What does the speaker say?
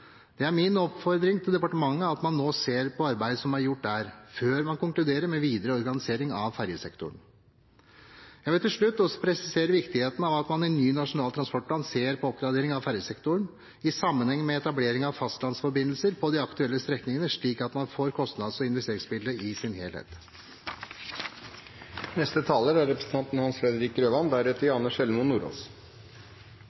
Det er min oppfordring til departementet at man nå ser på arbeidet som er gjort der, før man konkluderer med videre organisering av ferjesektoren. Jeg vil til slutt også presisere viktigheten av at man i ny Nasjonal transportplan ser på oppgraderingen av ferjesektoren i sammenheng med etablering av fastlandsforbindelser på de aktuelle strekningene, slik at man får kostnads- og investeringsbildet i sin helhet. Norge er